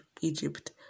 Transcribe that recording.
Egypt